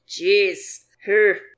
Jeez